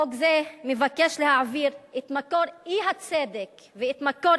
חוק זה מבקש להעביר את מקור האי-צדק ואת מקור